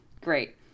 Great